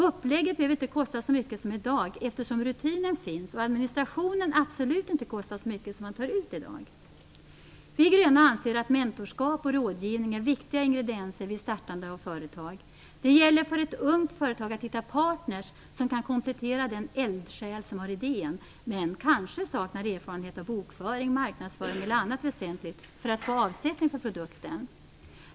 Upplägget behöver inte kosta så mycket som i dag, eftersom rutinen finns och administrationen absolut inte kostar så mycket som man tar ut i dag. Vi gröna anser att mentorskap och rådgivning är viktiga ingredienser vid startande av företag. Det gäller för ett ungt företag att hitta partner som kan komplettera den eldsjäl som har idén men som kanske saknar erfarenhet av bokföring, marknadsföring eller annat väsentligt för att få avsättning för produkten.